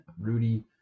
Rudy